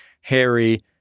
Harry